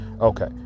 Okay